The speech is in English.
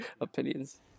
opinions